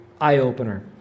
eye-opener